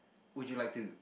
would you like to